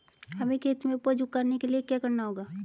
हमें खेत में उपज उगाने के लिये क्या करना होगा?